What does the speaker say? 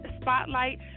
spotlight